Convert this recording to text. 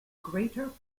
greater